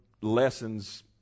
lessons